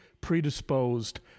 predisposed